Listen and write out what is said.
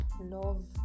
love